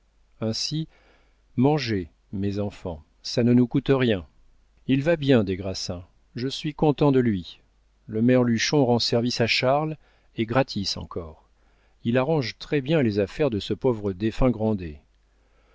ainsi mangez mes enfants ça ne nous coûte rien il va bien des grassins je suis content de lui le merluchon rend service à charles et gratis encore il arrange très-bien les affaires de ce pauvre défunt grandet